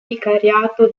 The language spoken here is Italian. vicariato